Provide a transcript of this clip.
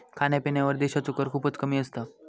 खाण्यापिण्यावर देशाचो कर खूपच कमी असता